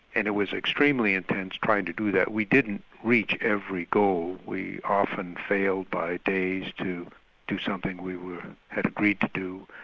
and it was extremely intense, trying to do that we didn't reach every goal, we often failed by days to do something we had agreed to do,